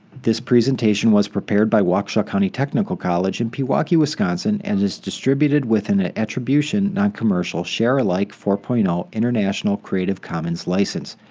this presentation was prepared by waukesha county technical college in pewaukee, wisconsin and is distributed with an ah attribution, non-commercial, share alike four point zero international creative commons license.